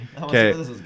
Okay